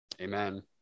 Amen